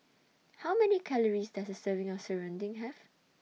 How Many Calories Does A Serving of Serunding Have